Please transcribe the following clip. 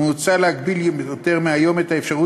מוצע להגביל יותר מהיום את האפשרות